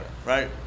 Right